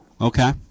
Okay